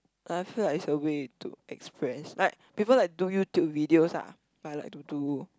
like I feel like is a way to express like people like do YouTube videos ah I like to do